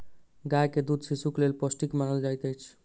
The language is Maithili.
गाय के दूध शिशुक लेल पौष्टिक मानल जाइत अछि